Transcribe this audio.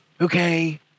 Okay